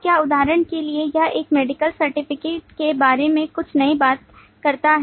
तो क्या उदाहरण के लिए यह एक मेडिकल certificate के बारे में कुछ नई बात करता है